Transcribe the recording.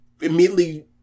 immediately